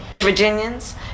Virginians